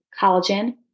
collagen